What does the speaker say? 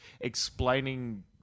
explaining